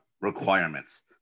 requirements